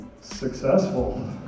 successful